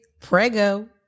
Prego